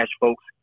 folks